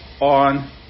on